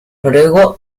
noruego